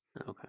Okay